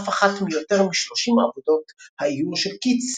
אף אחת מיותר מ-30 עבודות האיור של קיטס